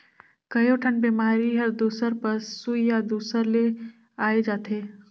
कयोठन बेमारी हर दूसर पसु या दूसर ले आये जाथे